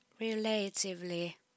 relatively